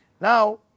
Now